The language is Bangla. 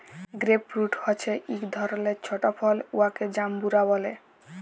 গেরেপ ফ্রুইট হছে ইক ধরলের ছট ফল উয়াকে জাম্বুরা ব্যলে